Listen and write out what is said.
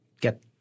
get